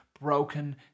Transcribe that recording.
broken